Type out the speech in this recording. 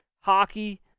hockey